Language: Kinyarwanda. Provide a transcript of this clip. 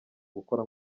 gukora